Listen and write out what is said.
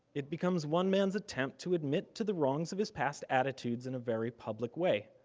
it becomes one mans attempt to admit to the wrongs of his past attitudes in a very public way.